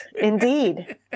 indeed